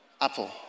Apple